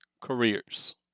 careers